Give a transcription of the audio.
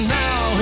now